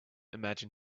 imagine